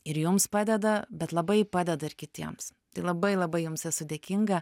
ir jums padeda bet labai padeda ir kitiems tai labai labai jums esu dėkinga